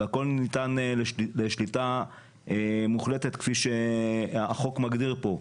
והכל ניתן לשליטה מוחלטת כפי שהחוק מגדיר פה,